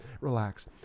relax